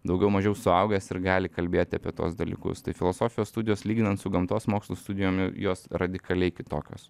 daugiau mažiau suaugęs ir gali kalbėti apie tuos dalykus tai filosofijos studijos lyginant su gamtos mokslų studijom jos radikaliai kitokios